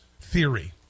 theory